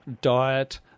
diet